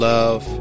Love